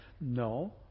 No